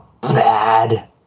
bad